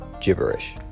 Gibberish